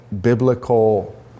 biblical